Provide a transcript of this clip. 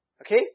Okay